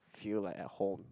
feel like a home